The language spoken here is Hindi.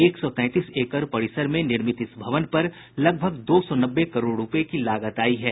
एक सौ तैंतीस एकड़ परिसर में निर्मित इस भवन पर लगभग दो सौ नब्बे करोड़ रूपये की लागत आयी है